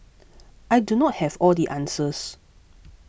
I do not have all the answers